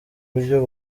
buryo